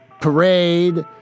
Parade